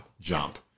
jump